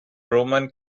roman